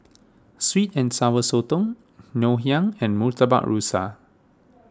Sweet and Sour Sotong Ngoh Hiang and Murtabak Rusa